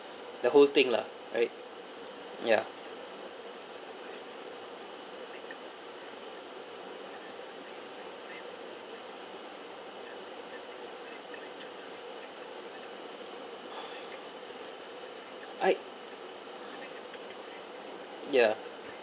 the whole thing lah right ya I ya